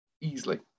easily